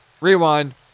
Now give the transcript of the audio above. Rewind